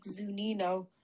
Zunino